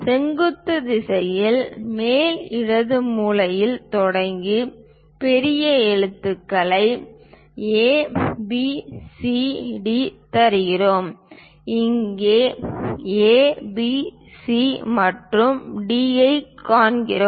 செங்குத்து திசையில் மேல் இடது மூலையில் தொடங்கி பெரிய எழுத்துக்களை A B C D தருகிறோம் இங்கேயும் A B C மற்றும் D ஐக் காண்கிறோம்